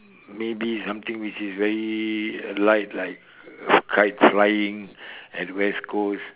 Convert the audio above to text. maybe something which is very light like kite flying at west coast